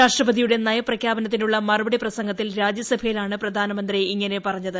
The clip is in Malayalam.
രാഷ്ട്രപതിയുടെ നയപ്രഖ്യാപനത്തിനുള്ള മറുപടി പ്രസംഗത്തിൽ രാജ്യസഭയിലാണ് പ്രധാനമന്ത്രി ഇങ്ങനെ പറഞ്ഞത്